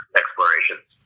explorations